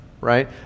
right